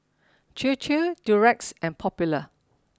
Chir Chir Durex and Popular